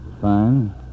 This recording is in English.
Fine